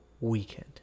weekend